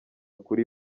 kuri